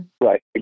right